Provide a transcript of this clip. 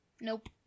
Nope